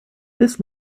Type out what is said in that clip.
this